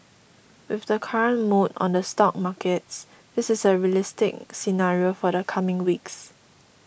with the current mood on the stock markets this is a realistic scenario for the coming weeks